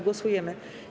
Głosujemy.